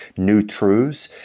new truths,